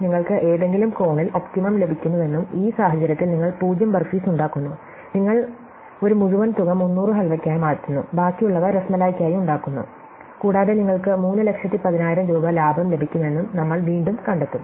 നിങ്ങൾക്ക് ഏതെങ്കിലും കോണിൽ ഒപ്റ്റിമo ലഭിക്കുന്നുവെന്നും ഈ സാഹചര്യത്തിൽ നിങ്ങൾ പൂജ്യം ബർഫിസ് ഉണ്ടാക്കുന്നു നിങ്ങൾ ഒരു മുഴുവൻ തുക 300 ഹൽവയാക്കി മാറ്റുന്നു ബാക്കിയുള്ളവ റാസ്മലൈയ്ക്കായി ഉണ്ടാക്കുന്നു കൂടാതെ നിങ്ങൾക്ക് 3 ലക്ഷത്തി 10000 രൂപ ലാഭം ലഭിക്കുമെന്നും നമ്മൾ വീണ്ടും കണ്ടെത്തും